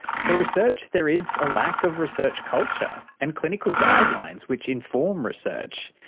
for research there is a lack of research culture and clinical guidelines which inform research.